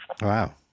Wow